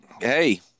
Hey